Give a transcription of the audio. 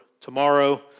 tomorrow